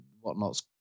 whatnot's